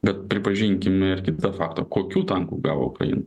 bet pripažinkime ir kitą faktą kokių tankų gavo kai